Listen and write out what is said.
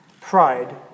Pride